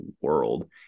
world